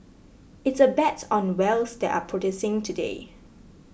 it's a bet on wells that are producing today